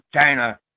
china